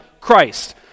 Christ